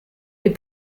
les